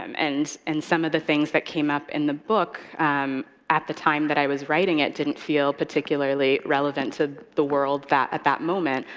um and and some of the things that came up in the book at the time that i was writing it didn't feel particularly relevant to the world at that moment,